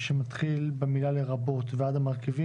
שמתחיל במילה לרבות ועד המרכיבים,